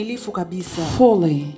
fully